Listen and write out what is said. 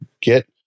get